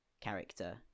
character